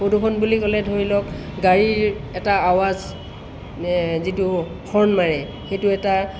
প্ৰদূষণ বুলি ক'লে ধৰি লওক গাড়ীৰ এটা আৱাজ যিটো হৰ্ণ মাৰে সেইটোৱে তাৰ